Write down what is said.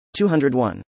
201